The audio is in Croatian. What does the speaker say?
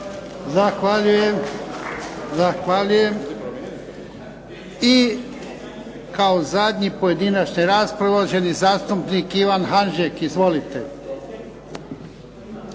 Zahvaljujem. I kao zadnji pojedinačne rasprave, uvaženi zastupnik Ivan Hanžek. Izvolite.